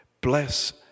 Bless